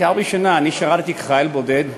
שירתי כחייל בודד בצנחנים.